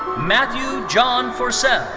matthew john forsell.